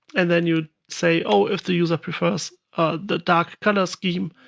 and then you say, oh, if the user prefers the dark color scheme,